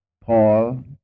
Paul